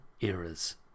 eras